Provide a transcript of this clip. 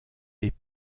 des